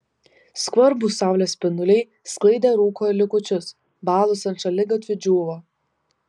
skvarbūs saulės spinduliai sklaidė rūko likučius balos ant šaligatvių džiūvo